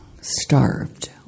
starved